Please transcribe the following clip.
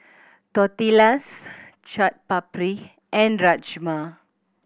Tortillas Chaat Papri and Rajma